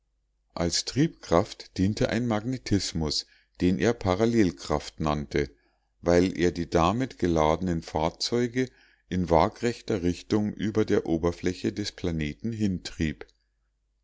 als triebkraft diente ein magnetismus den er parallelkraft nannte weil er die damit geladenen fahrzeuge in wagrechter richtung über der oberfläche des planeten hintrieb